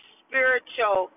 spiritual